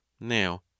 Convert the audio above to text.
now